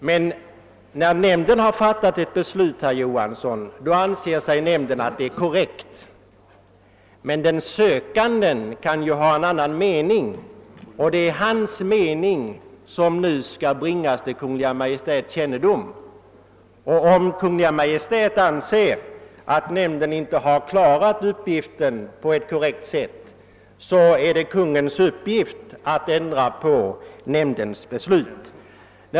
Jag vill emellertid framhålla, herr Johansson, att även om nämnden själv anser att ett beslut är korrekt så kan sökanden ha en annan mening, och det är denna som då skall bringas till Kungl. Maj:ts kännedom. Om Kungl. Maj:t därvid kommer till det resultatet att nämnden inte handlagt ärendet på ett korrekt sätt, är det Kungl. Maj:ts uppgift att ändra på nämndens beslut.